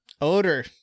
odor